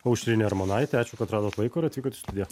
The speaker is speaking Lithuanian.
aušrinė armonaitė ačiū kad radot laiko ir atvykot į studiją